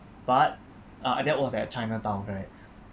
but uh that was at chinatown correct